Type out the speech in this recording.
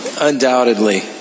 Undoubtedly